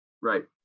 Right